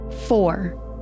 Four